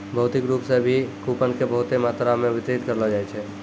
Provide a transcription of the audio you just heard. भौतिक रूप से भी कूपन के बहुते मात्रा मे वितरित करलो जाय छै